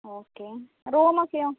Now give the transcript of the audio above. okay room ഒക്കെ